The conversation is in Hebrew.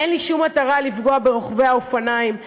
אין לי שום מטרה לפגוע ברוכבי האופניים,